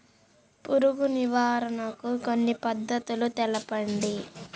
పురుగు నివారణకు కొన్ని పద్ధతులు తెలుపండి?